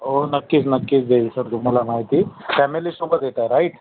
हो नक्कीच नक्कीच देईल सर तुम्हाला माहिती फॅमिलीसोबत येताय राईट